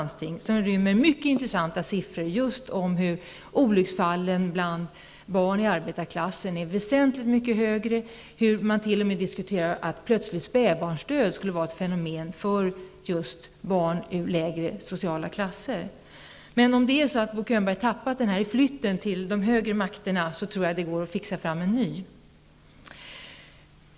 Den innehåller mycket intressanta siffror som just visar att antalet olycksfall bland barn i arbetarklassen är väsentligt mycket större och att man t.o.m. diskuterar att plötslig spädbarnsdöd skulle vara ett fenomen bland barn i lägre sociala klasser. Om Bo Könberg har tappat rapporten i flytten till de högre makterna går det nog att få fram en ny.